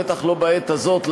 בטח לא בעת הזאת,